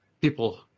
people